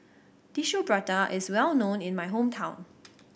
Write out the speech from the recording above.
Tissue Prata is well known in my hometown